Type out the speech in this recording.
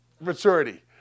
maturity